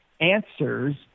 answers